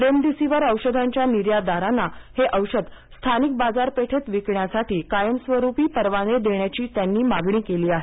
remdesivir औषधांच्या निर्यातदारांना हे औषध स्थानिक बाजारपेठेत विकण्यासाठी कायमस्वरूपी परवाने देण्याची त्यांनी मागणी केली आहे